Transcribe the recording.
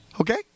okay